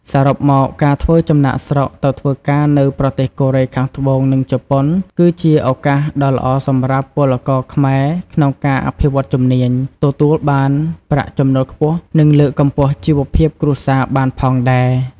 សរុបមក ការធ្វើចំណាកស្រុកទៅធ្វើការនៅប្រទេសកូរ៉េខាងត្បូង និងជប៉ុន គឺជាឱកាសដ៏ល្អសម្រាប់ពលករខ្មែរក្នុងការអភិវឌ្ឍជំនាញ ទទួលបានប្រាក់ចំណូលខ្ពស់ និងលើកកម្ពស់ជីវភាពគ្រួសារបានផងដែរ ។